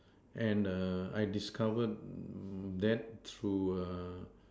and err I discover that through err